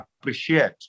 appreciate